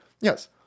Yes